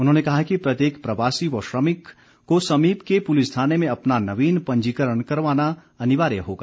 उन्होंने कहा कि प्रत्येक प्रवासी व श्रमिक को समीप के पुलिस थाने में अपना नवीन पंजीकरण करवाना अनिवार्य होगा